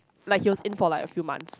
like he was in for a few months